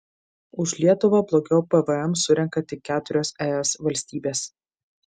už lietuvą blogiau pvm surenka tik keturios es valstybės